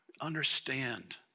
understand